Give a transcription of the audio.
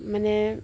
মানে